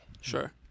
Sure